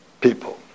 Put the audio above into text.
people